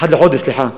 אחד לחודש, סליחה.